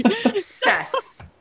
Success